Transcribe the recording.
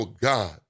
God